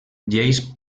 lleis